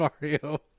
Mario